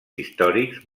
històrics